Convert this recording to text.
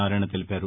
నారాయణ తెలిపారు